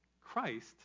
Christ